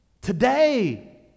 today